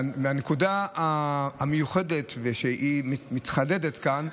והנקודה המיוחדת שמתחדדת כאן,